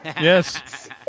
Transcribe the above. Yes